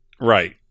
Right